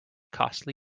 costly